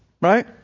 right